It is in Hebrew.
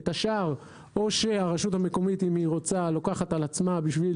את השאר: או שהרשות המקומית לוקחת על עצמה בשביל